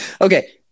Okay